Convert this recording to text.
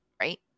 right